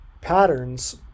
patterns